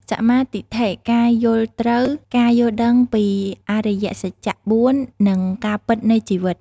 សម្មាទិដ្ឋិ ការយល់ត្រូវ ការយល់ដឹងពីអរិយសច្ច ៤ និងការពិតនៃជីវិត។